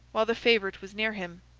while the favourite was near him.